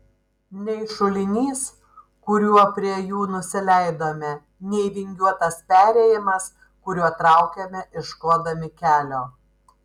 nei šulinys kuriuo prie jų nusileidome nei vingiuotas perėjimas kuriuo traukėme ieškodami kelio